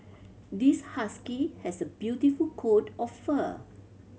this husky has a beautiful coat of fur